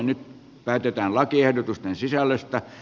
nyt päätetään lakiehdotusten sisällöstä